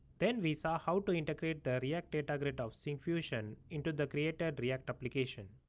then we saw how to integrate the react data grid of syncfusion into the created react application.